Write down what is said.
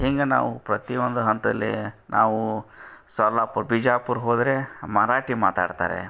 ಹಿಂಗ ನಾವು ಪ್ರತಿಯೊಂದು ಹಂತದಲ್ಲಿ ನಾವು ಸೋಲಾಪುರ್ ಬಿಜಾಪುರ್ ಹೋದರೆ ಮರಾಠಿ ಮಾತಾಡ್ತಾರೆ